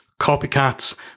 copycats